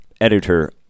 editor